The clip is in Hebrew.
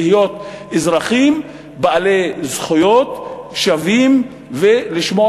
להיות אזרחים בעלי זכויות שוות ולשמור